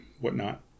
whatnot